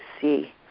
see